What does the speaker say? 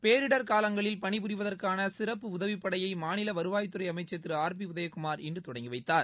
பேரிடர் காலங்களில் பணி புரிவதற்கான சிறப்பு உதவிப்படையை மாநில வருவாய்த்துறை அமைச்சர் திரு உதயகுமார் இன்று தொடங்கி வைத்தார்